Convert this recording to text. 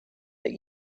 that